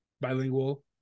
bilingual